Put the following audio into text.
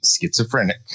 Schizophrenic